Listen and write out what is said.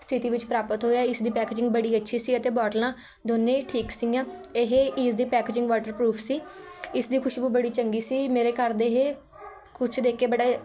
ਸਥਿਤੀ ਵਿੱਚ ਪ੍ਰਾਪਤ ਹੋਇਆ ਇਸ ਦੀ ਪੈਕੇਜਿੰਗ ਬੜੀ ਅੱਛੀ ਸੀ ਅਤੇ ਬੋਟਲਾਂ ਦੋਨੇ ਠੀਕ ਸੀਗੀਆਂ ਇਹ ਇਸ ਦੀ ਪੈਕੇਜਿੰਗ ਵਾਟਰਪਰੂਫ ਸੀ ਇਸ ਦੀ ਖ਼ੁਸ਼ਬੂ ਬੜੀ ਚੰਗੀ ਸੀ ਮੇਰੇ ਘਰਦੇ ਇਹ ਕੁਝ ਦੇਖ ਕੇ ਬੜੇ